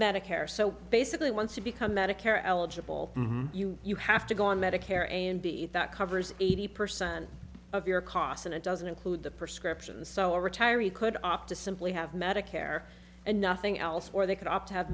medicare so basically once you become medicare eligible you have to go on medicare and b that covers eighty percent of your costs and it doesn't include the prescriptions so retiree could opt to simply have medicare and now nothing else or they could opt